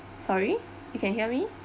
sorry you can hear me